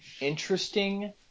interesting